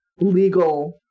legal